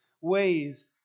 ways